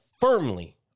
firmly